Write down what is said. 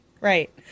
Right